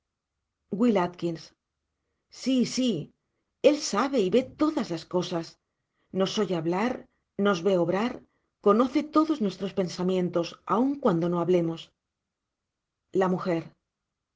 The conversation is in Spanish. w a si si él sabe y ve todas las cosas nos oye hablar nos ve obrar conoce todos nuestros pensamiento aun cuando no hablemos la